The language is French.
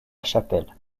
chapelle